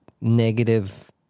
negative